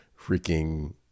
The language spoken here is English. freaking